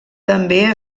també